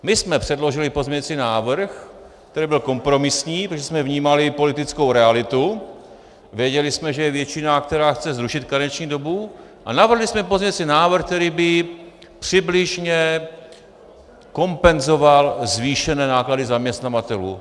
My jsme předložili pozměňovací návrh, který byl kompromisní, protože jsme vnímali politickou realitu, věděli jsme, že je většina, která chce zrušit karenční dobu, a navrhli jsme pozměňovací návrh, který by přibližně kompenzoval zvýšené náklady zaměstnavatelů.